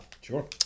Sure